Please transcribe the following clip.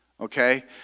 Okay